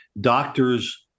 doctors